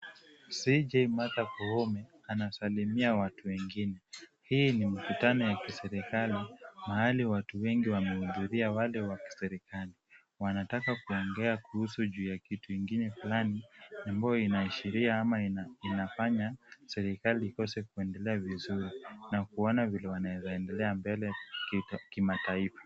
CJ Martha Koome anasalimia watu wengine. Hii ni mkutano ya kiserikali mahali watu wengi wamehudhuria wale wa kiserikali. Wanataka kuongea kuhusu juu ya kitu ingine fulani ambayo inaashiria ama inafanya serikali ikose kuendelea vizuri na kuona vile wanaeza endelea mbele kimataifa.